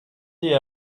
the